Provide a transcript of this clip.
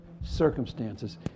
circumstances